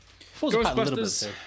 Ghostbusters